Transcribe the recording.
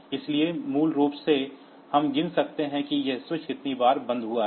इसलिए मूल रूप से हम गिन सकते हैं कि यह स्विच कितनी बार बंद हुआ है